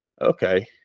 okay